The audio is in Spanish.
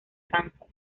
kansas